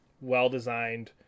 well-designed